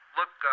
look